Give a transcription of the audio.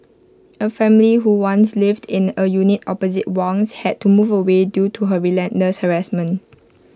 A family who once lived in A unit opposite Wang's had to move away due to her relentless harassment